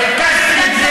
תרגם,